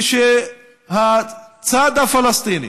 שכשהצד הפלסטיני